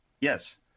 Yes